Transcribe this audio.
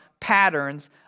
patterns